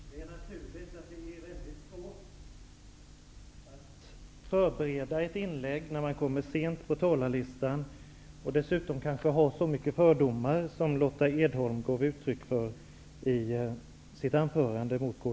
Herr talman! Det är naturligtvis väldigt svårt att förbereda ett inlägg när man står långt ner på talarlistan och man dessutom kanske har så mycket av fördomar beträffande Kds som Lotta Edholm gav uttryck för i sitt anförande.